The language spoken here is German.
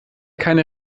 keine